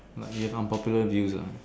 like you have unpopular views ah